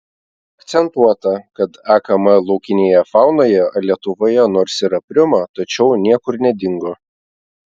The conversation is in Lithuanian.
akcentuota kad akm laukinėje faunoje lietuvoje nors ir aprimo tačiau niekur nedingo